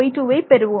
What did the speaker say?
x2 y2வை பெறுவோம்